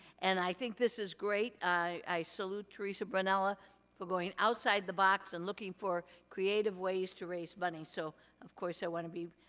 and i think this is great. i salute theresa brinella for going outside the box and looking for creative ways to raise money. so of course, i wanna be,